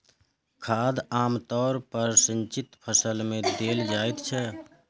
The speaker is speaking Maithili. खाद आम तौर पर सिंचित फसल मे देल जाइत छै